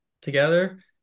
together